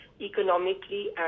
economically